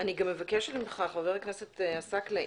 אני גם מבקשת ממך חבר הכנסת ג'אבר עסאקלה,